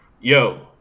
yo